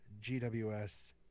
GWS